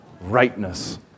rightness